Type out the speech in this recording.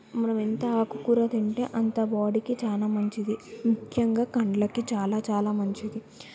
మనం ఎంత ఆకు కూర తింటే అంత బాడీకి చాలా మంచిది ముఖ్యంగా కళ్ళకి చాలా చాలా మంచిది